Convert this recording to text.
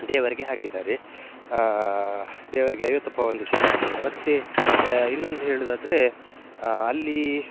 ದೇವರಿಗೆ ಹಾಕಿದ್ದಾರೆ ದೇವರಿಗೆ ಐವತ್ತು ಪವನ್ದು ಚಿನ್ನ ಹಾಕಿದ್ದಾರೆ ಮತ್ತು ಇನ್ನೊಂದು ಹೇಳೋದಾದ್ರೆ ಅಲ್ಲಿ